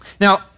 Now